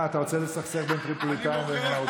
מה, אתה רוצה לסכסך בין טריפוליטאים למרוקאים?